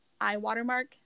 iWatermark